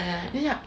ah ya